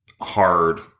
hard